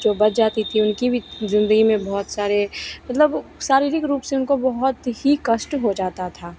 जो बच जाती थी उनकी भी ज़िंदगी में बहुत सारे मतलब शारीरिक रूप से उनको बहुत ही कष्ट हो जाता था